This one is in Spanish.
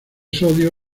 sodio